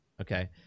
Okay